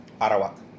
Arawak